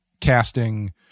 casting